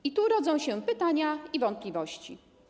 I tu rodzą się pytania i wątpliwości.